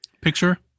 picture